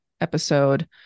episode